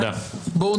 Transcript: תודה.